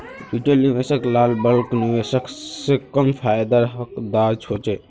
retail निवेशक ला bulk निवेशक से कम फायेदार हकदार होछे